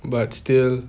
but still